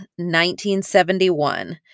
1971